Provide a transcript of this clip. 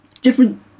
different